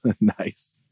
Nice